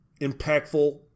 Impactful